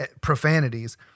profanities